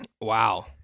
Wow